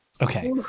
Okay